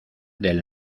del